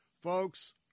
Folks